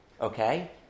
Okay